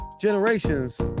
Generations